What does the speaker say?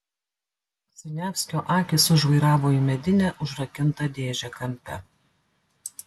siniavskio akys sužvairavo į medinę užrakintą dėžę kampe